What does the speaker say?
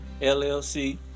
LLC